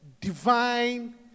Divine